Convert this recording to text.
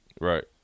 Right